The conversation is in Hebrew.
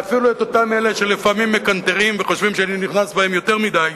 ואפילו את אותם אלה שלפעמים מקנטרים וחושבים שאני נכנס בהם יותר מדי.